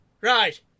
Right